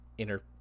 inner